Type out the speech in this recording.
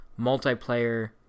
multiplayer